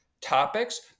topics